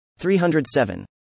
307